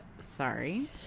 Sorry